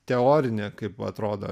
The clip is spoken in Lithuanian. teorinė kaip atrodo